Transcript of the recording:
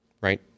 right